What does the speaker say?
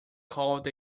called